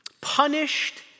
punished